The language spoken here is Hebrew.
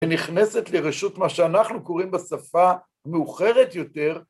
שנכנסת לרשות מה שאנחנו קוראים בשפה מאוחרת יותר